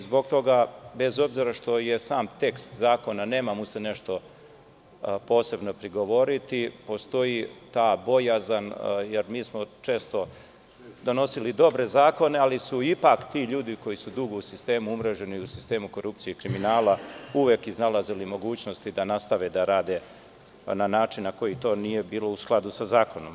Zbog toga, bez obzira što sam tekst zakona nema mu se nešto posebno prigovoriti, postoj ta bojazan, jer mi smo često donosili dobre zakone, ali su ipak ti ljudi koji su dugo umreženi u sistemu korupcije i kriminala, uvek iznalazili mogućnosti da nastave da rade na način na koji to nije bilo u skladu sa zakonom.